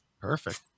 perfect